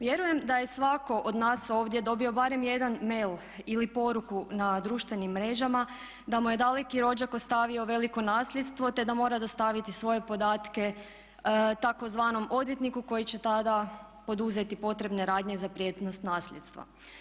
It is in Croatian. Vjerujem da je svatko od nas ovdje dobio barem jedan mail ili poruku na društvenim mrežama da mu je daleki rođak ostavio veliko nasljedstvo te da mora dostaviti svoje podatke tzv. odvjetniku koji će tada poduzeti potrebne radnje za prijenos nasljedstva.